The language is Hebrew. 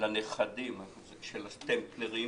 לנכדים של הסטמפלרים,